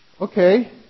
Okay